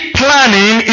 planning